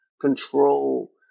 control